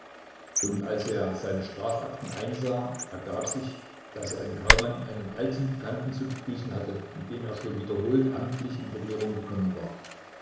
und als er seine strafakten einsah ergab sich daß er in kaumann einen alten bekannten zu begrüßen hatte mit dem er schon wiederholt amtlich in berührung gekommen war